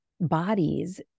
bodies